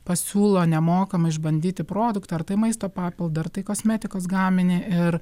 pasiūlo nemokamai išbandyti produktą ar tai maisto papildą ar tai kosmetikos gaminį ir